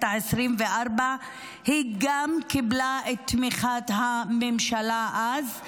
ה-24 היא גם קיבלה את תמיכת הממשלה אז,